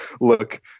look